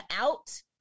out